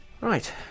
Right